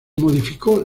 modificó